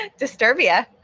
Disturbia